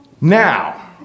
Now